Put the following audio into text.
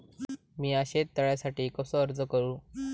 मीया शेत तळ्यासाठी कसो अर्ज करू?